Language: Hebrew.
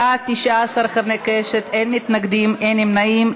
בעד, 19 חברי כנסת, אין מתנגדים, אין נמנעים.